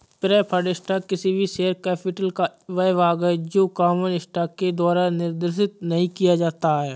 preferred stock किसी share capital का वह भाग है जो कॉमन स्टॉक के द्वारा निर्देशित नहीं किया जाता है